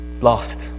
Lost